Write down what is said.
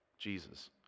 Jesus